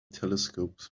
telescopes